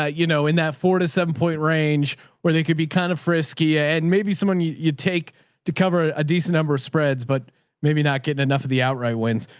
ah you know, in that four to seven point range where they could be kind of frisky and maybe someone you'd you'd take to cover a decent number of spreads, but maybe not getting enough of the outright winds.